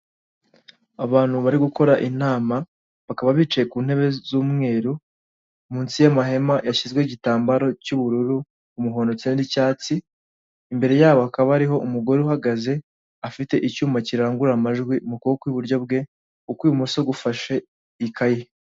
Abantu bari gukora inama bakaba bicaye ku ntebe z'umweru munsi y'amahema yashyizweho igitambaro cy'ubururu, umuhondo cyane icyatsi imbere yabo hakaba hariho umugore uhagaze afite icyuma kirangurura amajwi mu kuboko kw'iburyo bwe ukw'ibumoso gufashe ikaye.